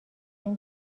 این